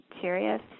serious